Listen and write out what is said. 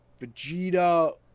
Vegeta